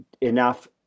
enough